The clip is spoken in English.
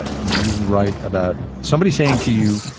ah you write about somebody saying to you,